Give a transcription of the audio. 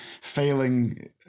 failing